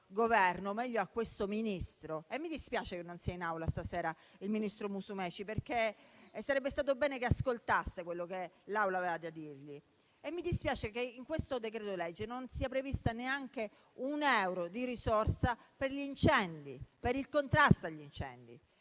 a questo Ministro. Mi dispiace che non sia in Aula, questa sera, il ministro Musumeci, perché sarebbe stato bene che ascoltasse quello che l'Assemblea aveva da dirgli. E mi dispiace che in questo decreto-legge non sia previsto neanche un euro di risorse per il contrasto agli incendi,